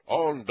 on